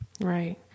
right